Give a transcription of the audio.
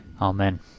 Amen